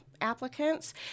applicants